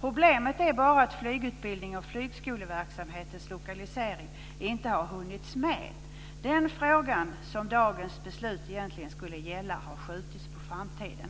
Problemet är bara att frågan om flygutbildningen och flygskoleverksamhetens lokalisering inte har hunnits med. Den fråga som dagens beslut egentligen skulle gälla har skjutits på framtiden.